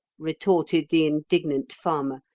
retorted the indignant farmer,